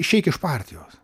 išeik iš partijos